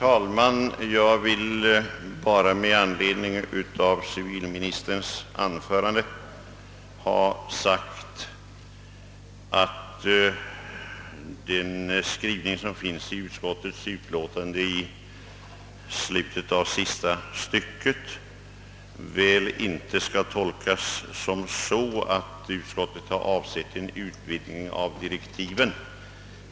Herr talman! Med anledning av civilministerns anförande vill jag ha sagt att utskottets skrivning i slutet av sista stycket inte skall tolkas så att utskottet har avsett en utvidgning av direktiven.